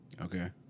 Okay